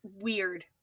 weird